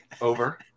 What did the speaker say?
over